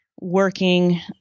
working